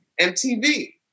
MTV